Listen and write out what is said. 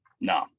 No